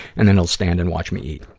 and then he'll stand and watch me eat,